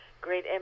great